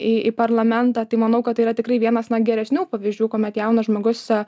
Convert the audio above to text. į į parlamentą tai manau kad yra tikrai vienas na geresnių pavyzdžių kuomet jaunas žmogus